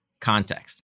context